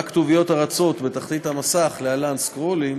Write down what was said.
בכתוביות הרצות בתחתית המסך, להלן: "סקרולים"